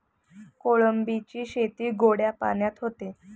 कोळंबीची शेती गोड्या पाण्यात होते